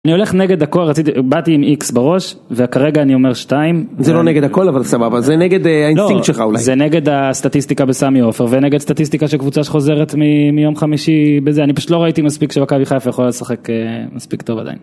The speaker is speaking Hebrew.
אני הולך נגד הכל, רציתי, באתי עם איקס בראש וכרגע אני אומר שתיים זה לא נגד הכל אבל סבבה, זה נגד האינסטינקט שלך אולי זה נגד הסטטיסטיקה בסמי עופר ונגד סטטיסטיקה של קבוצה שחוזרת מיום חמישי, בזה, אני פשוט לא ראיתי מספיק שמכבי חיפה יכולה לשחק, אה, מספיק טוב עדיין